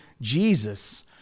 Jesus